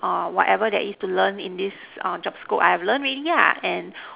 err whatever there is to learn in this err job scope I have learn already lah and